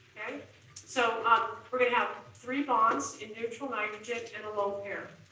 and so we're gonna have three bonds in neutral nitrogen and a lone pair.